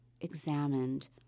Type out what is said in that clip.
examined